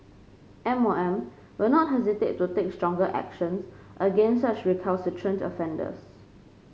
M O M will not hesitate to take stronger actions against such recalcitrant offenders